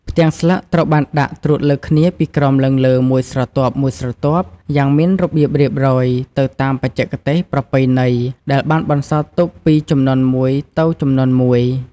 ផ្ទាំងស្លឹកត្រូវបានដាក់ ត្រួតលើគ្នាពីក្រោមឡើងលើមួយស្រទាប់ៗយ៉ាងមានរបៀបរៀបរយ ទៅតាមបច្ចេកទេសប្រពៃណីដែលបានបន្សល់ទុកពីជំនាន់មួយទៅជំនាន់មួយ។